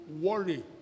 worry